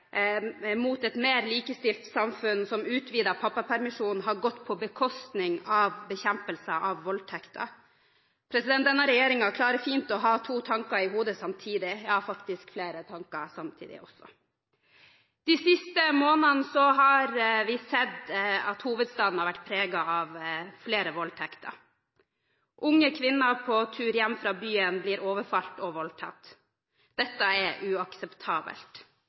mot et mer likestilt samfunn, som utvidet pappapermisjon, har gått på bekostning av bekjempelse av voldtekter. Denne regjeringen klarer fint å ha to tanker, ja faktisk flere tanker, i hodet samtidig. De siste månedene har vi sett at hovedstaden har vært preget av flere voldtekter. Unge kvinner på tur hjem fra byen blir overfalt og voldtatt. Dette er uakseptabelt.